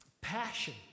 passion